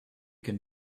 can